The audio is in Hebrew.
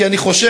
כי אני חושב,